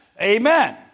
Amen